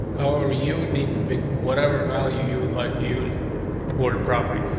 our you would need to pick whatever value you would like to use for the property.